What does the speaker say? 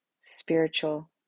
spiritual